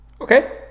Okay